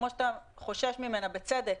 כמו שאתה חושש ממנה בצדק,